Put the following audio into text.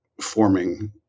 forming